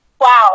Wow